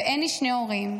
ואין לי שני הורים.